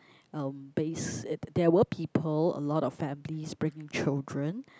um base it there were people a lot of families bringing children